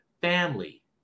family